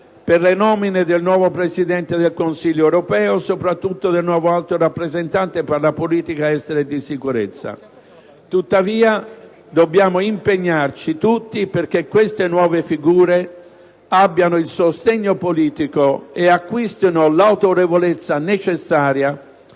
per le nomine del nuovo Presidente del Consiglio europeo e, soprattutto, del nuovo Alto rappresentante per la politica estera e di sicurezza comune. Tuttavia, dobbiamo impegnarci tutti perché queste nuove figure abbiano il sostegno politico e acquistino l'autorevolezza necessaria